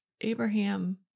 Abraham